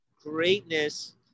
Greatness